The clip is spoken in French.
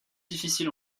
difficile